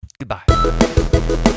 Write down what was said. Goodbye